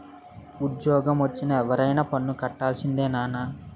ఉజ్జోగమొచ్చిన ఎవరైనా పన్ను కట్టాల్సిందే నాన్నా